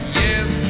yes